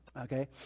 okay